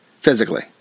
Physically